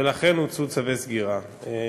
ולכן הוצאו צווי סגירה.